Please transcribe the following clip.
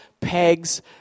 pegs